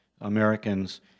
Americans